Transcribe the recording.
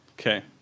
Okay